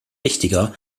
wichtiger